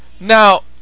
Now